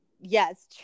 Yes